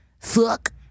fuck